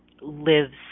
lives